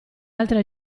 altre